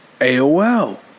AOL